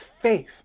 faith